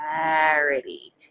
clarity